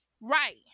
Right